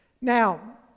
Now